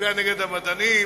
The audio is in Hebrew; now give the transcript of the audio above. ומצביע נגד המדענים,